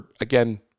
again